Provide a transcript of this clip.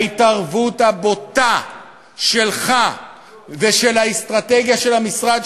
ההתערבות הבוטה שלך ושל האסטרטגיה של המשרד,